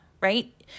right